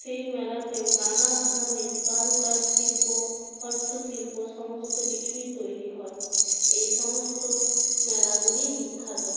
সেই মেলাতেও নানা ধরনের কারুকাজ শিল্প হস্তশিল্প সমস্ত কিছুই তৈরি হয় এই সমস্ত মেলাগুলিই বিখ্যাত